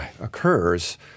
occurs